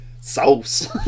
Sauce